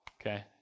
okay